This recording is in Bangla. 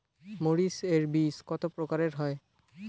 মরিচ এর বীজ কতো প্রকারের হয়?